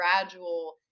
gradual